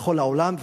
לכל העולם.